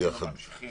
בוקר טוב, אדוני.